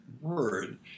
word